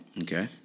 Okay